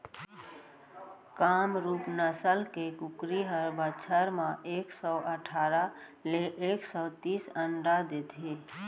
कामरूप नसल के कुकरी ह बछर म एक सौ अठारा ले एक सौ तीस अंडा देथे